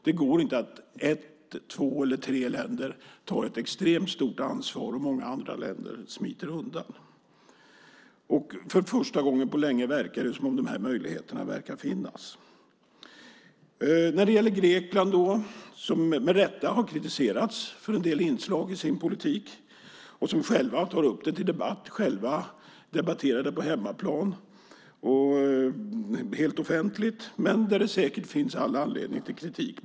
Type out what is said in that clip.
Det går inte att ett, två eller tre länder tar extremt stort ansvar medan många andra länder smiter undan. För första gången på länge verkar det nu som att dessa möjligheter finns. Grekland har med rätta kritiserats för en del inslag i sin politik, och man har själv tagit upp den till debatt på hemmaplan, i Grekland, helt offentligt. Men det finns säkert all anledning till kritik.